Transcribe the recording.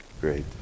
Great